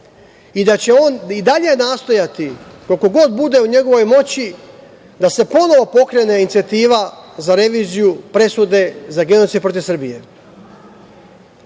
I da će on i dalje nastojati, koliko god bude u njegovoj moći, da se ponovo pokrene inicijativa za reviziju presude za genocid protiv Srbije.U